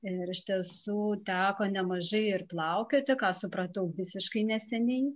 ir iš tiesų teko nemažai ir plaukioti ką supratau visiškai neseniai